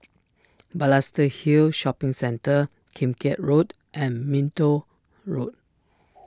Balestier Hill Shopping Centre Kim Keat Road and Minto Road